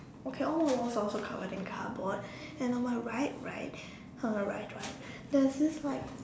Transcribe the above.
okay all my walls are also covered in cardboard and on my right right uh right right there's this like